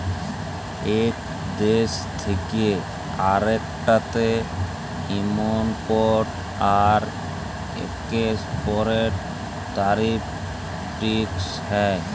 ইক দ্যেশ থ্যাকে আরেকটতে ইমপরট আর একেসপরটের তারিফ টেকস হ্যয়